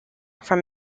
from